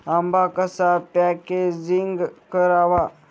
आंबा कसा पॅकेजिंग करावा?